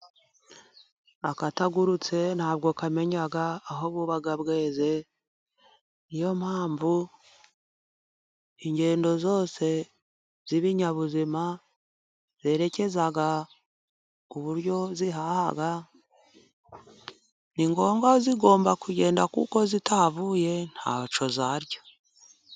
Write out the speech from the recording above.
Akatagurutse ntabwo kamenya aho buba bweze. Ni yo mpamvu ingendo zose z'ibinyabuzima ,zerekeza ku buryo zihaha, ni ngombwa zigomba kugenda kuko zitahavuye ntacyo zarya.